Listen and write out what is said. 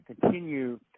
continue